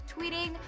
tweeting